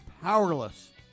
powerless